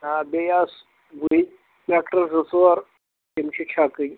آ بیٚیہِ آسہٕ گُہۍ ٹریکٹَر زٕ ژور تِم چھِ چھَکٕنۍ